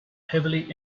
heavily